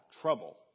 trouble